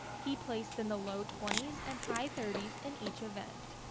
he placed in the low twenty s and high thirty s in each event.